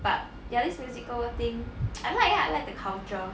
but ya this musical thing I like lah I like the culture